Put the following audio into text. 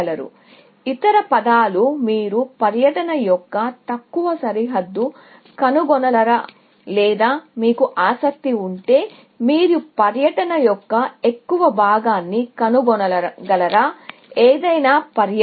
మరో విధం గా చెప్పాలంటే మీరు పర్యటన యొక్క తక్కువ సరిహద్దును కనుగొనగలరా లేదా మీకు ఆసక్తి ఉంటే మీరు పర్యటన యొక్క ఎగువ భాగాన్ని కనుగొనగలరా ఏదైనా పర్యటన